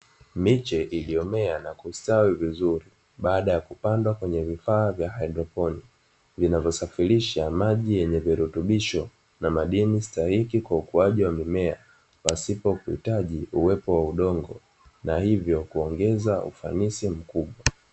Miche iliyomea na kustawi vizuri baada ya kupandwa kwenye vifaa vya haidroponi, vinavosafirisha maji yenye virutubisho na madini stahiki kwa ukuaji wa mimea pasipo kuhitaji uwepo wa udongo, na hivyo kuongeza ufaninisi mkubwa.